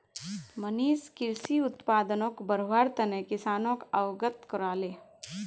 मनीष कृषि उत्पादनक बढ़व्वार तने किसानोक अवगत कराले